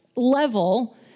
level